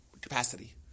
capacity